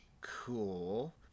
Cool